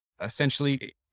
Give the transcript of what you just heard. Essentially